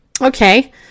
okay